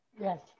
Yes